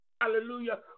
hallelujah